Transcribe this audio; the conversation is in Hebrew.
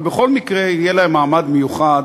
אבל בכל מקרה יהיה להם מעמד מיוחד